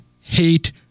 hate